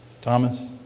Thomas